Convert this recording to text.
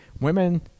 Women